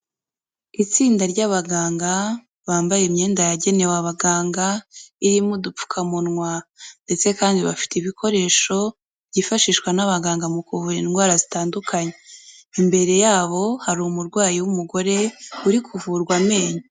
Itsinda ry'abaganga, bambaye imyenda yagenewe abaganga, irimo udupfukamunwa ndetse kandi bafite ibikoresho byifashishwa n'abaganga mu kuvura indwara zitandukanye. Imbere yabo hari umurwayi w'umugore uri kuvurwa amenyo.